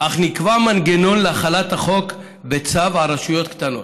אך נקבע מנגנון להחלת החוק בצו על רשויות קטנות.